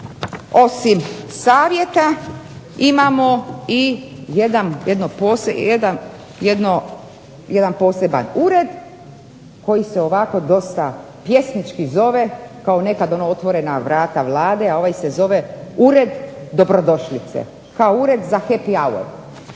osim savjeta imamo i jedan poseban ured koji se ovako dosta pjesnički zove kao nekad ono otvorena vrata Vlade, a ovaj se zove Ured dobrodošlice kao ured za happy our.